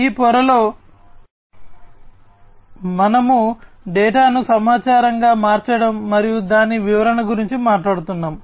ఈ పొరలో మనము డేటాను సమాచారంగా మార్చడం మరియు దాని వివరణ గురించి మాట్లాడుతున్నాము